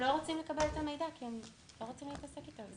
הם לא רוצים לקבל את המידע כי הם לא רוצים להתעסק עם זה,